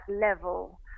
level